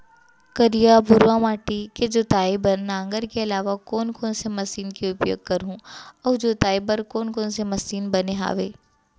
करिया, भुरवा माटी के जोताई बर नांगर के अलावा कोन कोन से मशीन के उपयोग करहुं अऊ जोताई बर कोन कोन से मशीन बने हावे?